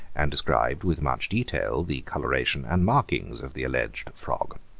and described with much detail the colouration and markings of the alleged frog.